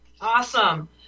Awesome